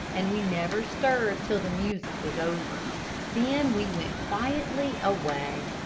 and we never stirred till the music was over then we went quietly away.